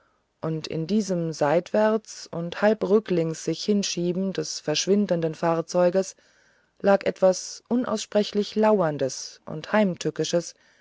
und in diesem seitwärts und halb rücklings sichhinschieben des verschwiegenen fahrzeuges lag etwas unaussprechlich lauerndes und heimtückisches